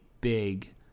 big